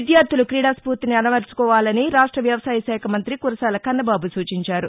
విద్యార్ధులు క్రీడా స్ఫూర్తిని అలవరుచుకోవాలని రాష్ట్ర వ్యవసాయ శాఖ మంత్రి కురసాల కన్నబాబు సూచించారు